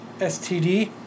STD